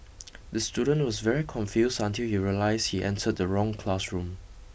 the student was very confused until he realised he entered the wrong classroom